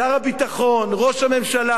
שר הביטחון, ראש הממשלה,